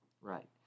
Right